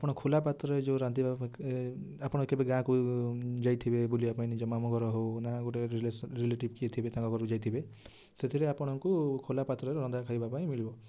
ଆପଣ ଖୋଲା ପାତ୍ରରେ ଯେଉଁ ରାନ୍ଧିବାକୁ ଆପଣ କେବେ ଗାଁକୁ ଯାଇଥିବେ ବୁଲିବା ପାଇଁ ନିଜ ମାମୁଁ ଘର ହଉ ନା ଗୋଟେ ରେଲେଟିଭ୍ ଯିଏ ଥିବେ ତାଙ୍କ ଘରକୁ ଯାଇଥିବେ ସେଥିରେ ବି ଆପଣଙ୍କୁ ଖୋଲା ପାତ୍ରରେ ରନ୍ଧା ଖାଇବା ପାଇଁ ମିଳିବ